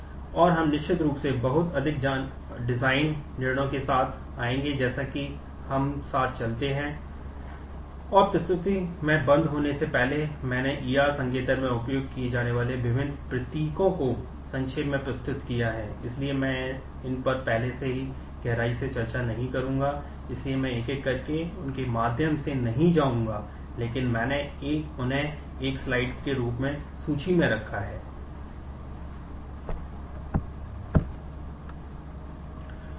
और हम निश्चित रूप से बहुत अधिक डिजाइन के रूप में सूची में रखा है